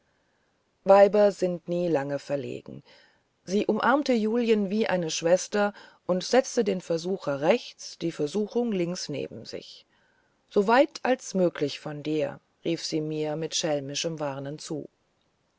weiber sind nie lange verlegen sie umarmte julien wie eine schwester und setzte den versucher rechts die versuchung links neben sich so weit als möglich von dir rief sie mir mit schelmischem warnen zu